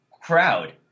crowd